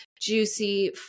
juicy